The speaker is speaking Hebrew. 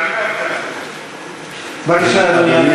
שמעתי, בבקשה, אדוני.